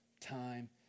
Time